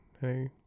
Hey